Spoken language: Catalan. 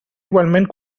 igualment